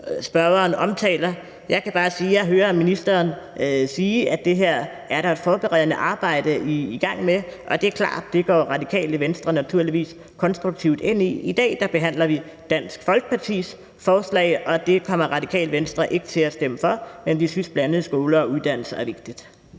spørgeren omtaler. Jeg kan bare sige, at jeg hører ministeren sige, at der er et forberedende arbejde i gang med det her, og det er klart, at det går Radikale Venstre naturligvis konstruktivt ind i. I dag behandler vi Dansk Folkepartis forslag, og det kommer Radikale Venstre ikke til at stemme for, men vi synes, at blandede skoler og uddannelser er vigtigt.